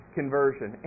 conversion